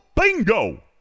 Bingo